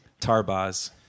Tarbaz